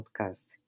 podcast